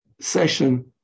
session